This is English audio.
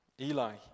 Eli